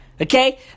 Okay